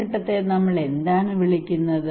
ഈ ഘട്ടത്തെ നമ്മൾ എന്താണ് വിളിക്കുന്നത്